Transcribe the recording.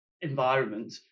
environment